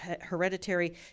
hereditary